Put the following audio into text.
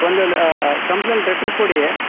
ಒಂದು law complaint letter ಕೊಡಿ